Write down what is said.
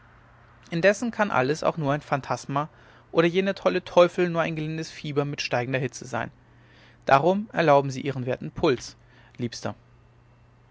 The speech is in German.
indessen kann alles auch nur ein phantasma oder jener tolle teufel nur ein gelindes fieber mit steigender hitze sein darum erlauben sie ihren werten puls liebster